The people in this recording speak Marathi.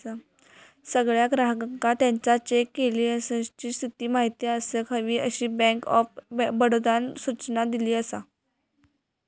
सगळ्या ग्राहकांका त्याच्या चेक क्लीअरन्सची स्थिती माहिती असाक हवी, अशी बँक ऑफ बडोदानं सूचना दिली असा